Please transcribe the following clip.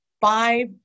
five